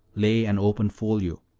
lay an open folio,